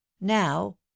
now